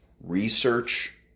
research